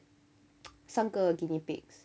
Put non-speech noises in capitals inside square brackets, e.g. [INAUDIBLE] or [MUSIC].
[NOISE] 三个 guinea pigs